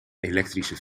elektrische